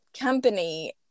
company